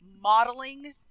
Modeling